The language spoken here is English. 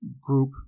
group